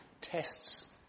tests